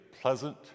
pleasant